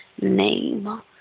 name